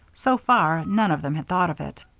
so far, none of them had thought of it.